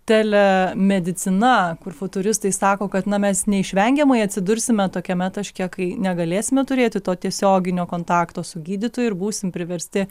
telia medicina kur futuristai sako kad na mes neišvengiamai atsidursime tokiame taške kai negalėsime turėti to tiesioginio kontakto su gydytoju ir būsim priversti